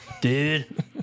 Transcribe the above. dude